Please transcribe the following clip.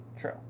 True